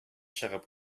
чыгып